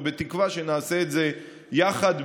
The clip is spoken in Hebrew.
בתקווה שנעשה את זה יחד,